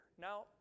Now